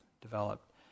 developed